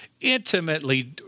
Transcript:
intimately